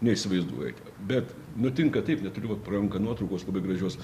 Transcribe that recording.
neįsivaizduojat bet nutinka taip net turiu po ranka nuotraukos labai gražios